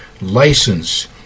license